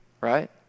right